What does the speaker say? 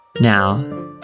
Now